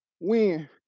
win